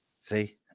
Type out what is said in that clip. See